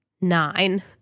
nine